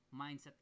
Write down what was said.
mindset